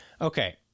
Okay